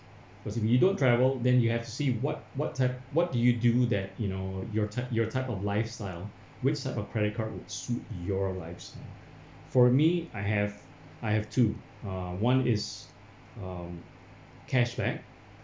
cause if you don't travel then you have to see what what type what do you do that you know your type your type of lifestyle which type of credit card would suit your lifestyle for me I have I have two uh one is um cashback